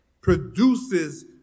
produces